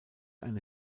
eine